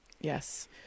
Yes